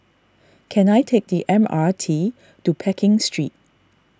can I take the M R T to Pekin Street